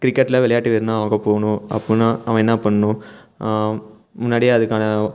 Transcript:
கிரிக்கெட்டில் விளையாட்டு வீரனாக ஆகப்போகணும் அப்புடின்னா அவன் என்ன பண்ணணும் முன்னாடியே அதுக்கான